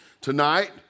Tonight